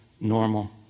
normal